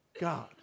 God